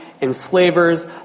enslavers